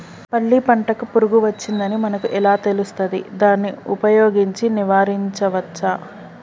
పల్లి పంటకు పురుగు వచ్చిందని మనకు ఎలా తెలుస్తది దాన్ని ఉపయోగించి నివారించవచ్చా?